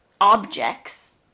objects